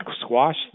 squash